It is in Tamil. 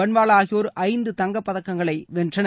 பன்வாலா ஆகியோர் ஐந்து தங்கப்பதக்கங்களை வென்றனர்